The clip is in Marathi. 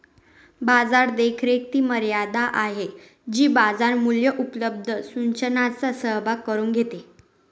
बाजार देखरेख ती मर्यादा आहे जी बाजार मूल्ये उपलब्ध सूचनांचा सहभाग करून घेते